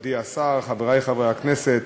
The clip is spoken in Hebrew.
מכובדי השר, חברי חברי הכנסת,